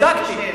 בדקתי: